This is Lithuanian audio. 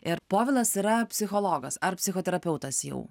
ir povilas yra psichologas ar psichoterapeutas jau